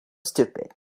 stupid